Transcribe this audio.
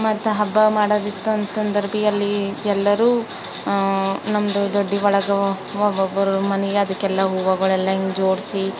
ಮತ್ತೆ ಹಬ್ಬ ಮಾಡೋದಿತ್ತು ಅಂತ ಅಂದರೆ ಬಿ ಅಲ್ಲಿ ಎಲ್ಲರೂ ನಮ್ಮದು ದೊಡ್ಡಿ ಒಳಗೆ ಒಬ್ಬೊಬ್ರು ಮನೆ ಅದಕ್ಕೆಲ್ಲ ಹೂವಗಳೆಲ್ಲ ಹಿಂಗೆ ಜೋಡಿಸಿ